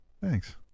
Thanks